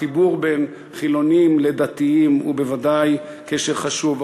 החיבור בין חילונים לדתיים הוא בוודאי קשר חשוב,